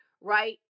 right